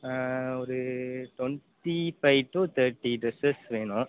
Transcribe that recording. ஆ ஒரு twenty five to thirty dresses வேணும்